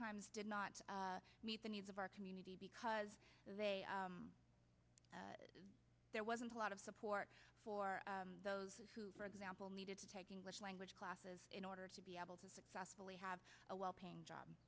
times did not meet the needs of our community because they there wasn't a lot of support for those who for example needed to take english language classes in order to be able to successfully have a well paying job